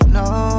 no